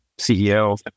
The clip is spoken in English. CEO